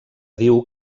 diu